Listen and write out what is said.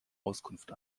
auskunft